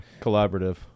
collaborative